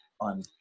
on